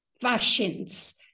fashions